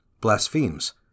blasphemes